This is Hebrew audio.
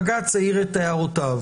בג"ץ העיר את הערותיו,